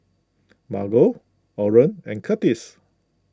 Margo Oren and Kurtis